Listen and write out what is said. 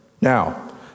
Now